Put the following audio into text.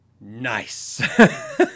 nice